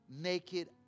naked